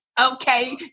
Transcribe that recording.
Okay